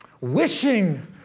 wishing